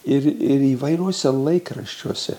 ir ir įvairiuose laikraščiuose